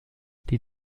die